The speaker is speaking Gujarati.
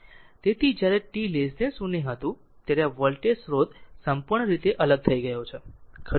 તેથી જ્યારે તે t 0 હતું ત્યારે આ વોલ્ટેજ સ્રોત સંપૂર્ણ રીતે અલગ થઈ ગયો ખરું